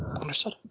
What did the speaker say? Understood